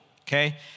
okay